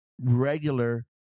Regular